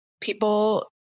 people